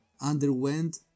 underwent